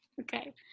Okay